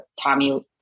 Tommy